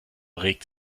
regt